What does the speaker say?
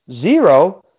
Zero